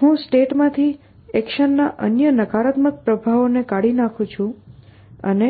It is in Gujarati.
હું સ્ટેટમાંથી એક્શનના અન્ય નકારાત્મક પ્રભાવોને કાઢી નાખું છું અને